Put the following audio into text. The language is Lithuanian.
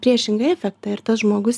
priešingą efektą ir tas žmogus